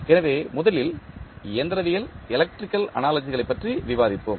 எனவே முதலில் இயந்திரவியல் எலக்ட்ரிக்கல் அனாலஜிகளைப் பற்றி விவாதிப்போம்